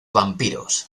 vampiros